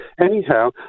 Anyhow